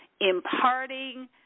imparting